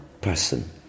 person